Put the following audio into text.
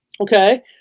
Okay